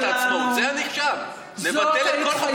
אני במקומך הייתי עכשיו הולך להיות איתם למעלה.